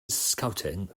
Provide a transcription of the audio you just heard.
scouting